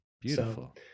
beautiful